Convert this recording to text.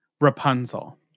Rapunzel